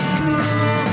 cool